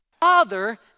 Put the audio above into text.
Father